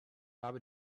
habe